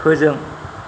फोजों